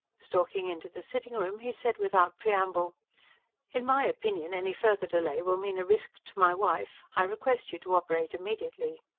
stalking into the sitting-room he said without preamble in my opinion any further delay will mean a risk to my wife. i request you to operate immediately.